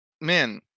man